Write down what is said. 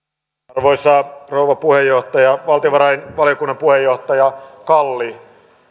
arvoisa rouva puheenjohtaja valtiovarainvaliokunnan puheenjohtaja kalli